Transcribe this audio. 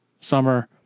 summer